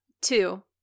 two